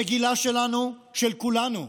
המגילה שלנו, של כולנו,